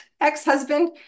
ex-husband